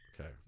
Okay